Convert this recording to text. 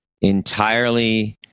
entirely